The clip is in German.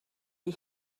die